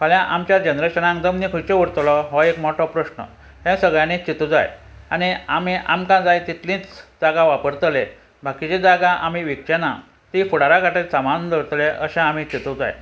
फाल्यां आमच्या जनरेशनाक जमनी खंयचो उरतलो हो एक मोठो प्रश्न हे सगळ्यांनी चितूंक जाय आनी आमी आमकां जाय तितलींच जागां वापरतले बाकीची जागा आमी विकचे ना ती फुडारा खातीर सांबाळून दवरतले अशें आमी चिंतूं जाय